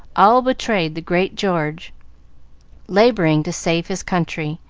all betrayed the great george laboring to save his country,